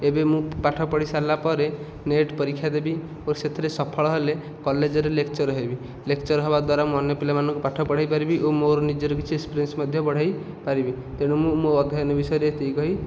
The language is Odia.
ଏବେ ମୁଁ ପାଠ ପଢ଼ି ସାରିଲା ପରେ ନିଟ୍ ପରୀକ୍ଷା ଦେବି ଓ ସେଥିରେ ସଫଳ ହେଲେ କଲେଜରେ ଲେକ୍ଚର୍ ହେବି ଲେକ୍ଚର୍ ହେବା ଦ୍ବାରା ଅନ୍ୟ ପିଲା ମାନଙ୍କୁ ପାଠ ପଢ଼ାଇ ପାରିବି ଓ ନିଜର କିଛି ଏକ୍ସପିରିଏନ୍ସ ବଢ଼ାଇ ପାରିବି ତେଣୁ ମୁଁ ମୋ ଅଧ୍ୟୟନ ବିଷୟରେ ଏତିକି କହି